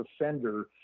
offender